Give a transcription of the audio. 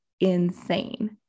insane